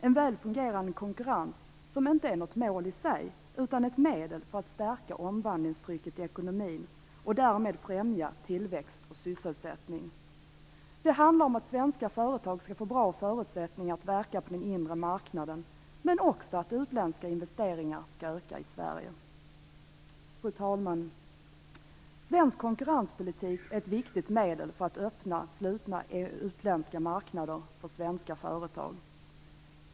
En väl fungerande konkurrens är inte ett mål i sig, utan ett medel för att stärka omvandlingstrycket i ekonomin och därmed främja tillväxt och sysselsättning. Det handlar om att svenska företag skall få bra förutsättningar att verka på den inre marknaden, men också om att utländska investeringar skall öka i Sverige. Fru talman! Svensk konkurrenspolitik är ett viktigt medel för att öppna slutna utländska marknader för svenska företag.